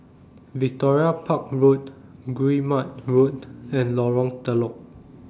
Victoria Park Road Guillemard Road and Lorong Telok